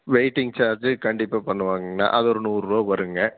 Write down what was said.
waiting charge கண்டிப்பா பண்ணுவாங்கண்ணா அது ஒரு நூறுபா வருங்க